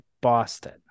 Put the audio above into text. Boston